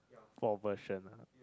for version